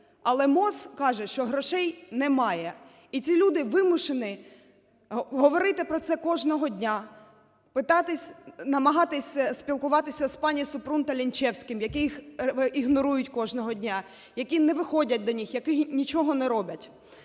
але МОЗ каже, що грошей немає. І ці люди вимушені говорити про це кожного дня, питатись, намагатись спілкуватися з пані Супрун та Лінчевським, яких ігнорують кожного дня, які не виходять до них, які нічого не роблять.